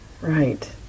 right